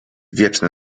wieczne